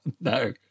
No